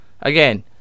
Again